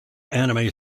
anime